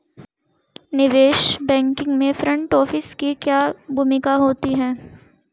निवेश बैंकिंग में front office की क्या भूमिका होती है?